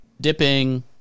dipping